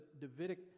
Davidic